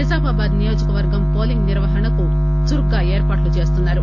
నిజామాబాద్ నియోజకవర్గం పోలింగ్ నిర్వహణకు చురుగ్గా ఏర్పాట్లు చేస్తున్నారు